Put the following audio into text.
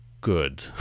good